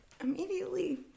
immediately